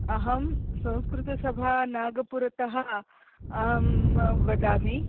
अहं संस्कृतसभा नागपुरतः अहं वदामि